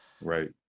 right